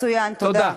מצוין, תודה.